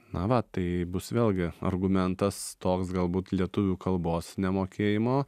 na va tai bus vėlgi argumentas toks galbūt lietuvių kalbos nemokėjimo